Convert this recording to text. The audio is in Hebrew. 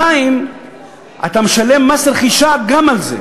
2. אתה משלם מס רכישה גם על זה.